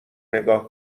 نگاه